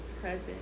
present